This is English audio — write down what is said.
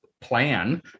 Plan